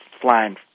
flying